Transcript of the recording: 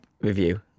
Review